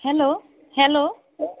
hello hello